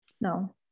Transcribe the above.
no